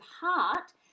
heart